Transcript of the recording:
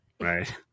right